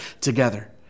together